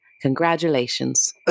Congratulations